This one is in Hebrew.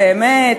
באמת,